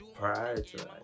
prioritize